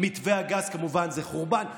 מתווה הגז כמובן זה חורבן,